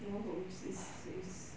no oh it's it's